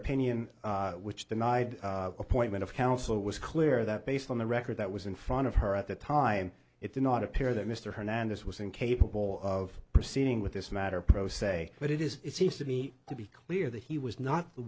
opinion which denied appointment of counsel it was clear that based on the record that was in front of her at the time it did not appear that mr hernandez was incapable of proceeding with this matter pro se but it is it seems to me to be clear that he was